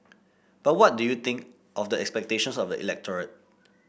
but what do you think of the expectations of the electorate